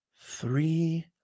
Three